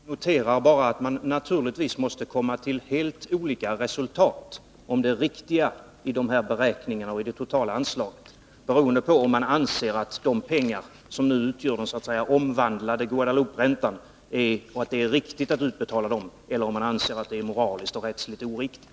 Herr talman! Jag noterar bara att man naturligtvis kommer fram till helt olika resultat när det gäller beräkningarna av det totala anslaget beroende på om man anser att det är riktigt att betala ut de pengar som utgör den ”omvandlade” Guadelouperäntan eller om man anser att det är moraliskt och rättsligt oriktigt.